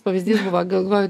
pavyzdys buvo galvoj